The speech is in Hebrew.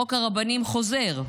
חוק הרבנים חוזר,